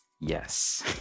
Yes